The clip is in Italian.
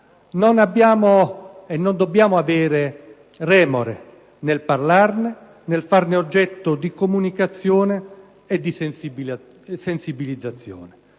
non dobbiamo avere remore nel parlarne e nel farne oggetto di comunicazione e di sensibilizzazione.